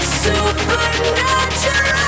supernatural